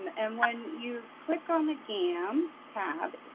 and when you click on the gam tab,